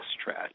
stretch